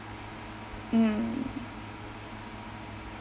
mm